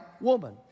woman